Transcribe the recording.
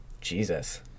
Jesus